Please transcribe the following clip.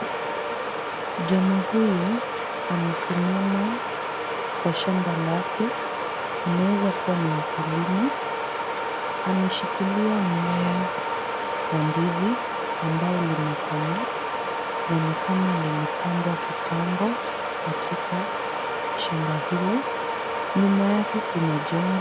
Jamaa huyu amesimama kwa shamba lake, anaeza kuwa ni mkulima, ameshikilia mmea wa ndizi ambao umekomaa na ni kama lilipandwa kitambo katika shamba hilo nyuma yake kuna jengo.